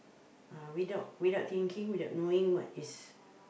uh without without thinking without knowing what is